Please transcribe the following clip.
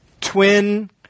twin